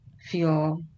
feel